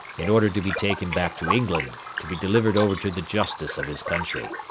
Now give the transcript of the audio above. in order to be taken back to england, to be delivered over to the justice of his country.